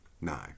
nine